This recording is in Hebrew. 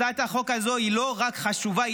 הצעת החוק הזו היא לא רק חשובה,